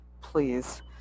please